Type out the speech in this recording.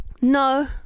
No